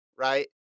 right